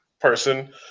person